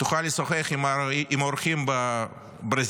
תוכל לשוחח עם אורחים בברזילאית.